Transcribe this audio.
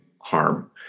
harm